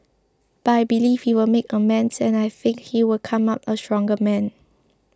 but I believe you will make amends and I think he will come out a stronger man